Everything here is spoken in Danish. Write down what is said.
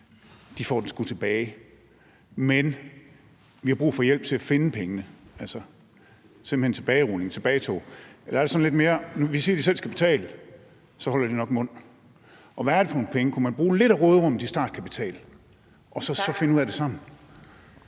de får den sgu tilbage, men vi har brug for hjælp til at finde pengene? Der er simpelt hen tale om en tilbagerulning eller et tilbagetog. Eller er der sådan lidt mere tale om: Vi siger, at de selv skal betale, og så holder de nok mund? Hvad er det for nogle penge? Kunne man bruge lidt af råderummet som startkapital og så finde ud af det sammen?